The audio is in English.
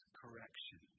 correction